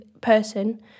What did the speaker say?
person